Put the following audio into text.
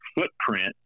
footprint